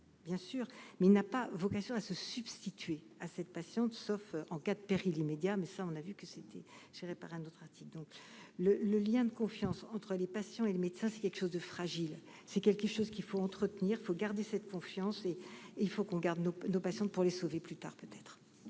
bien sûr, mais il n'a pas vocation à se substituer à cette patiente, sauf en cas de péril immédiat mais ça, on a vu que c'était je dirais par un autre, a-t-il donc le le lien de confiance entre les patients et les médecins, c'est quelque chose de fragile, c'est quelque chose qu'il faut entretenir faut garder cette confiance et il faut qu'on garde nos nos patientes pour les sauver, plus tard peut-être.